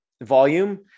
volume